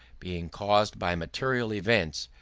being caused by material events,